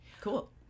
cool